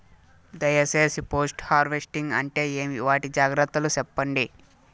దయ సేసి post harvesting అంటే ఏంటి? వాటి జాగ్రత్తలు సెప్పండి?